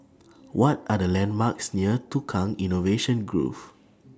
What Are The landmarks near Tukang Innovation Grove